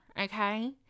Okay